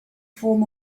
form